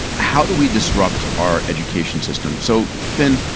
how do we disrupt our education system? so, finn,